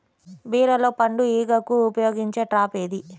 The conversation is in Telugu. బీరలో పండు ఈగకు ఉపయోగించే ట్రాప్ ఏది?